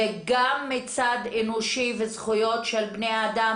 זה גם מהצד האנושי וזכויות של בני אדם